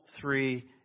three